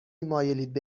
مایلید